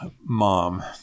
Mom